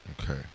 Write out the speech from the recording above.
Okay